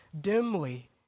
dimly